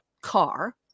car